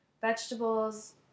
vegetables